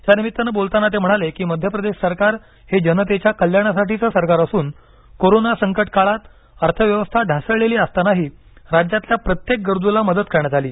यानिमित्त बोलताना ते म्हणाले की मध्य प्रदेश सरकार हे जनतेच्या कल्याणासाठीचं सरकार असून कोरोना संकटकाळात अर्थव्यवस्था ढासळलेली असतानाही राज्यातल्या प्रत्येक गरजूला मदत करण्यात आली